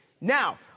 Now